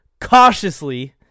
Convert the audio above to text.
cautiously